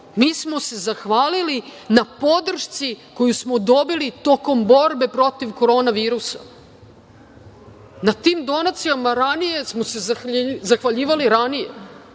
Mi smo se zahvalili na podršci koju smo dobili tokom borbe protiv korona virusa. Na tim donacijama ranije smo se zahvaljivali ranije